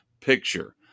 picture